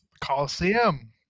Coliseum